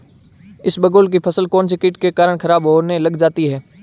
इसबगोल की फसल कौनसे कीट के कारण खराब होने लग जाती है?